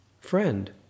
Friend